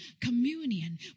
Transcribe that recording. communion